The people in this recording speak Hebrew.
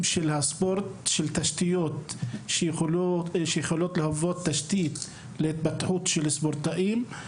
של הספורט לגבי תשתיות שיכולות להוות תשתית להתפתחות של הספורטאים,